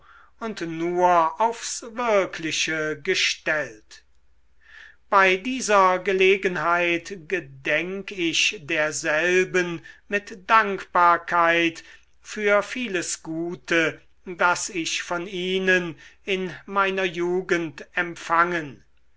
und nur aufs wirkliche gestellt bei dieser gelegenheit gedenk ich derselben mit dankbarkeit für vieles gute das ich von ihnen in meiner jugend empfangen